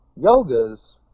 Yoga's